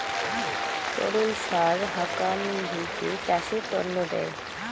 তরল সার হাকান ভুঁইতে চাষের তন্ন দেয়